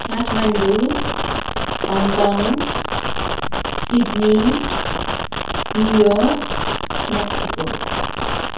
Kathmandu Hong Kong Sydney New York Mexico